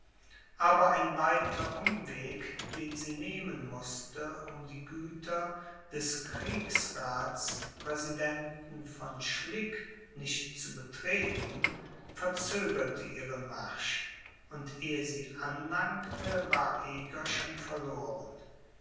aber ein weiter umweg den sie nehmen mußte um die güter des kriegsrathspräsidenten von schlick nicht zu betreten verzögerte ihren marsch und ehe sie anlangte war eger schon verloren